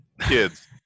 kids